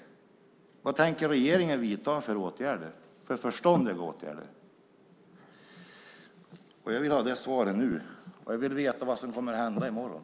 Vad tänker regeringen vidta för förståndiga åtgärder? Jag vill ha det svaret nu. Jag vill veta vad som kommer att hända i morgon.